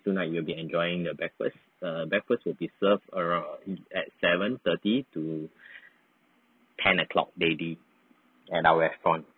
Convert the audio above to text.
two night you will be enjoying the breakfast err breakfast will be served around at seven thirty to ten o'clock daily at our restaurant